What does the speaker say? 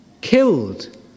killed